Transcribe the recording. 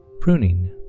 pruning